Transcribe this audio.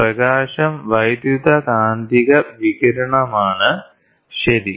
പ്രകാശം വൈദ്യുതകാന്തിക വികിരണമാണ് ശരി